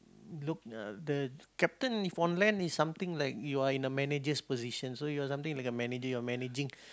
look uh the captain if on land is something like you are in the manager's position so you are something like the manager you are managing